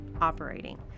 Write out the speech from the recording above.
operating